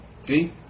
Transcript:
See